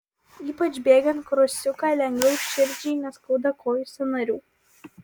ypač bėgant krosiuką lengviau širdžiai neskauda kojų sąnarių